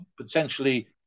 potentially